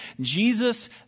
Jesus